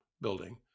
building